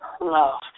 love